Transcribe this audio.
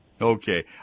Okay